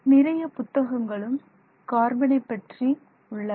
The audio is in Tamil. நிறைய புத்தகங்களும் கார்பனை பற்றி உள்ளன